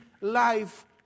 life